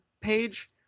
page